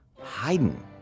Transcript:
Haydn